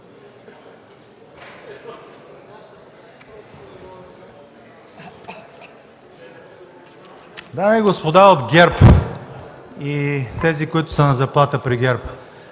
Дами и господа от ГЕРБ и тези, които са на заплата при ГЕРБ,